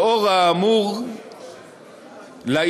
לאור האמור לעיל,